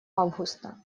августа